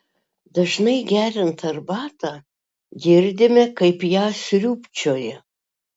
dažnai geriant arbatą girdime kaip ją sriubčioja